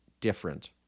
different